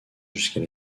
jusqu’à